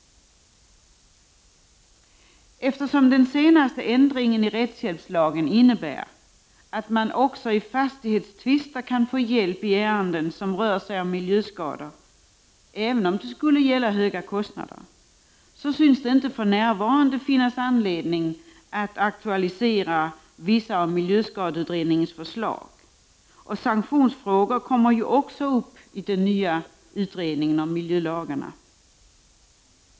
Eftersom den senaste ändringen i rättshjälpslagen innebär att man även i fastighetstvister kan få hjälp i ärenden som rör miljöskador, även om det gäller höga kostnader, synes det mig inte för närvarande finnas anledning att aktualisera vissa av miljöskadeutredningens förslag. Sanktionsfrågor kommer också upp i den nya utredningen om miljölagarna.